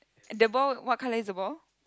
the ball what color is the ball